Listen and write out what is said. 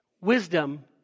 Wisdom